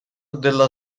della